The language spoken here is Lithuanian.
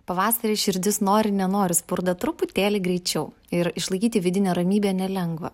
pavasarį širdis nori nenori spurda truputėlį greičiau ir išlaikyti vidinę ramybę nelengva